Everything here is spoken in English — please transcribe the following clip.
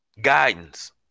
Guidance